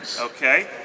Okay